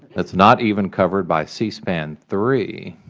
is not even covered by c-span three